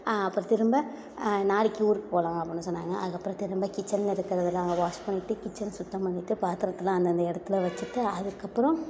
அப்புறம் திரும்ப நாளைக்கு ஊருக்கு போகலாம் அப்புடின்னு சொன்னாங்க அதுக்கப்புறம் திரும்ப கிச்சனில் இருக்கிறதுலாம் வாஷ் பண்ணிவிட்டு கிச்சன் சுத்தம் பண்ணிவிட்டு பாத்திரத்தெல்லாம் அந்தந்த இடத்துல வச்சுட்டு அதுக்கப்புறம்